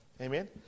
Amen